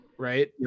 Right